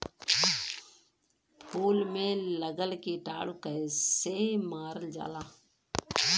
फूल में लगल कीटाणु के कैसे मारल जाला?